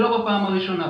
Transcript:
ולא בפעם הראשונה,